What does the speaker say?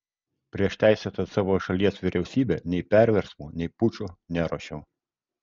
prieš teisėtą savo šalies vyriausybę nei perversmų nei pučų neruošiau